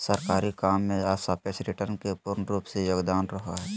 सरकारी काम मे सापेक्ष रिटर्न के पूर्ण रूप से योगदान रहो हय